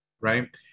Right